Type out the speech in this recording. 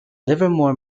livermore